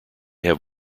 have